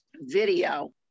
video